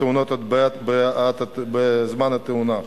בזמן התאונה.